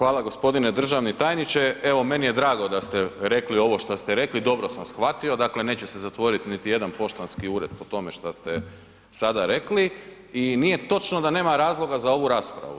Hvala g. državni tajniče, evo meni je drago da ste rekli ovo šta ste rekli, dobro sam shvatio, dakle neće se zatvorit niti jedan poštanski ured po tome šta ste sada rekli i nije točno da nema razloga za ovu raspravu.